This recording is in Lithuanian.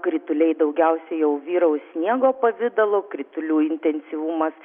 krituliai daugiausiai jau vyraus sniego pavidalo kritulių intensyvumas